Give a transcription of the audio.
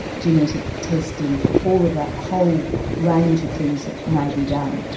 genetic testing, all of that whole range of things that may be done.